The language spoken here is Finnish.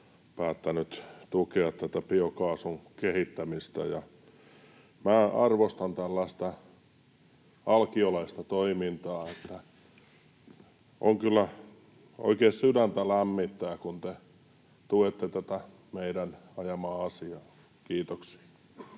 päättänyt tukea tätä biokaasun kehittämistä. Minä arvostan tällaista alkiolaista toimintaa. Kyllä oikein sydäntä lämmittää, kun te tuette tätä meidän ajamaa asiaa. — Kiitoksia.